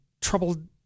troubled